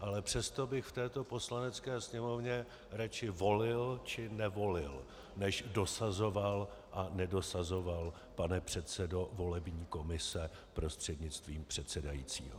Ale přesto bych v této Poslanecké sněmovně radši volil či nevolil než dosazoval a nedosazoval, pane předsedo volební komise prostřednictvím předsedajícího.